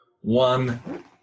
one